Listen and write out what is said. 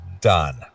done